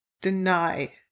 deny